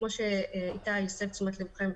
כמו שאיתי הסב את תשומת לבכם,